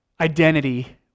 identity